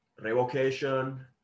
revocation